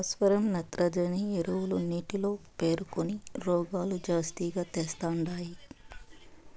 భాస్వరం నత్రజని ఎరువులు నీటిలో పేరుకొని రోగాలు జాస్తిగా తెస్తండాయి